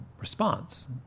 response